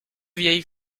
vieilles